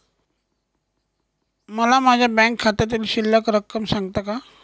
मला माझ्या बँक खात्यातील शिल्लक रक्कम सांगता का?